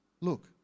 Look